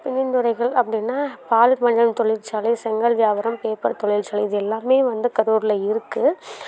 பணிந்துரைகள் அப்படின்னா பாலித்தீன் பண்ணுற தொழிற்சாலை செங்கல் வியாபாரம் பேப்பர் தொழிற்சாலை இது எல்லாமே வந்து கரூரில் இருக்குது